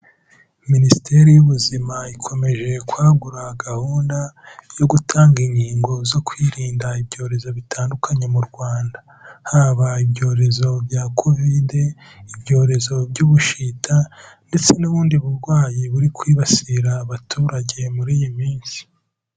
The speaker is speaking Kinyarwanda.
Minisiteri y'ubuzima, ikomeje kwagura gahunda, yo gutanga inkingo zo kwirinda ibyorezo bitandukanye mu Rwanda. Haba ibyorezo bya Covid, ibyorezo by'ubushita, ndetse n'ubundi burwayi, buri kwibasira abaturage, muri iyi minsi.